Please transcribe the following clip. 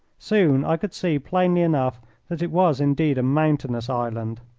soon i could see plainly enough that it was indeed a mountainous island.